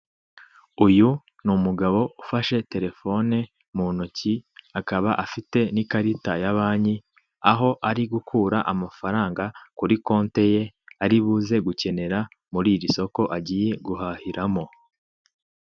Uyu ni umugabo ufashe telefone mu ntoki, akaba afite n'ikarita ya banki. Aho ari gukura amafaranga kuri konte ye ari buze gukenera muri iri soko agiye guhahiramo.